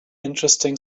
interesting